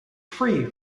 free